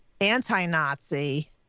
anti-Nazi